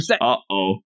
Uh-oh